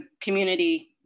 community